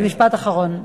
אבל משפט אחרון.